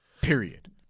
Period